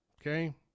Okay